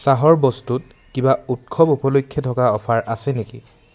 চাহৰ বস্তুত কিবা উৎসৱ উপলক্ষে থকা অফাৰ আছে নেকি